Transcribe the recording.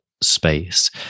space